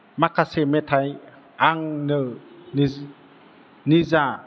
माखासे मेथाइ आंनो निजा